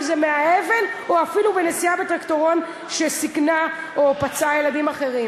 אם זה מהאבן או אפילו מנסיעה בטרקטורון שסיכנה או פצעה ילדים אחרים.